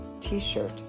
t-shirt